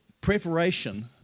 Preparation